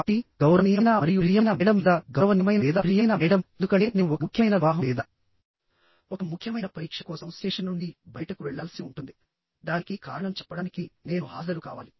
కాబట్టి గౌరవనీయమైన మరియు ప్రియమైన మేడమ్ లేదా గౌరవనీయమైన లేదా ప్రియమైన మేడమ్ ఎందుకంటే నేను ఒక ముఖ్యమైన వివాహం లేదా ఒక ముఖ్యమైన పరీక్ష కోసం స్టేషన్ నుండి బయటకు వెళ్లాల్సి ఉంటుంది దానికి కారణం చెప్పడానికి నేను హాజరు కావాలి